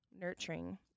nurturing